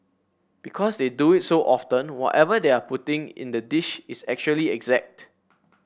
because they do it so often whatever they are putting in the dish is actually exact